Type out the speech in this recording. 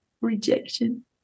rejection